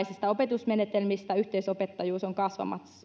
yleistyvän uudenlaisista opetusmenetelmistä yhteisopettajuus on